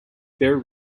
their